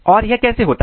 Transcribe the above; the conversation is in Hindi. और यह कैसे होता है